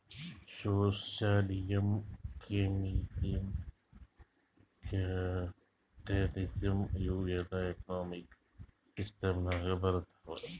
socialism, communism, capitalism ಇವೂ ಎಲ್ಲಾ economic system ನಾಗ್ ಬರ್ತಾವ್